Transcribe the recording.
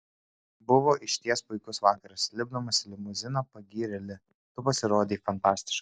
buvo išties puikus vakaras lipdamas į limuziną pagyrė li tu pasirodei fantastiškai